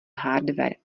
hardware